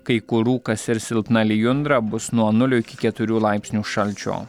kai kur rūkas ir silpna lijundra bus nuo nulio iki keturių laipsnių šalčio